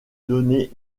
donner